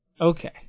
Okay